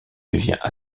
devient